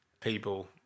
people